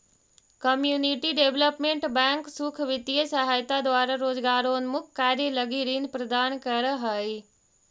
community development bank सुख वित्तीय सहायता द्वारा रोजगारोन्मुख कार्य लगी ऋण प्रदान करऽ हइ